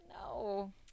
No